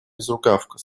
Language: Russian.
безрукавка